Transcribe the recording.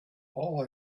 all